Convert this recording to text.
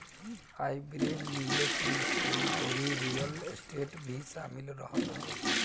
hybrid निवेश में सोना अउरी रियल स्टेट भी शामिल रहत हवे